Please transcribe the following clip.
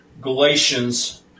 Galatians